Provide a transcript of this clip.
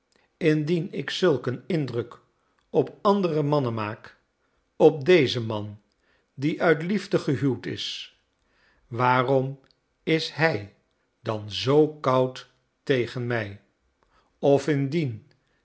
indien ik zulk een indruk op andere mannen maak op deze man die uit liefde gehuwd is waarom is hij dan zoo koud tegen mij of indien